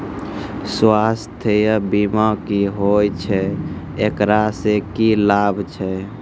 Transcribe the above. स्वास्थ्य बीमा की होय छै, एकरा से की लाभ छै?